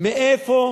מאיפה